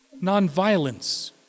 nonviolence